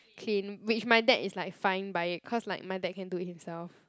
clean which my dad is like fine by it cause like my dad can do it himself